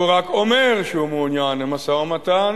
הוא רק אומר שהוא מעוניין במשא-ומתן,